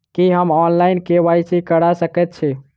की हम online, KYC करा सकैत छी?